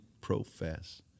profess